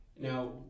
Now